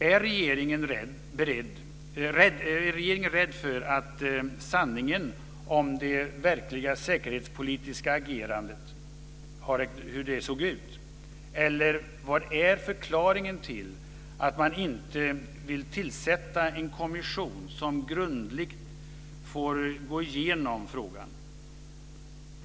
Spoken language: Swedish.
Är regeringen rädd för hur sanningen om det verkliga säkerhetspolitiska agerandet ser ut? Eller vad är förklaringen till att man inte vill tillsätta en kommission som grundligt får gå igenom frågan?